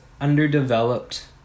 underdeveloped